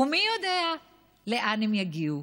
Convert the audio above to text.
ומי יודע לאן הם יגיעו.